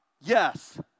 Yes